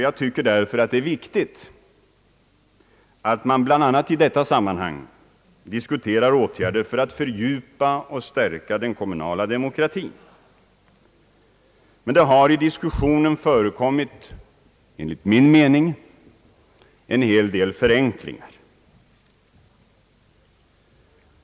Jag tycker därför att det är riktigt att vi bl.a. i detta sammanhang diskuterar åtgärder för att fördjupa och stärka den kommunala demokratin. I diskussionen har det emellertid förekommit en hel del förenklingar.